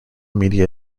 media